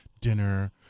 dinner